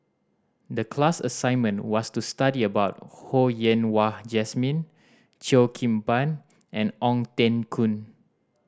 the class assignment was to study about Ho Yen Wah Jesmine Cheo Kim Ban and Ong Teng Koon